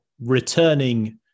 returning